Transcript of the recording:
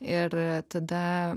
ir tada